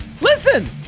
listen